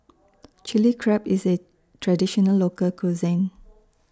Chilli Crab IS A Traditional Local Cuisine